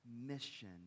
mission